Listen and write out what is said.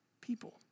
people